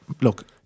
look